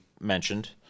mentioned